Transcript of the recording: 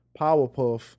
Powerpuff